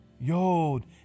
Yod